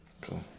Cool